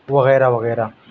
وغیرہ وغیرہ